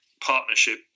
partnership